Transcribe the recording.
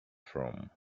from